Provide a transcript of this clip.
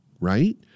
Right